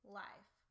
life